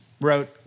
wrote